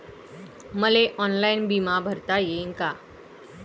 मले ऑनलाईन बिमा भरता येईन का?